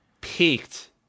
Peaked